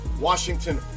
Washington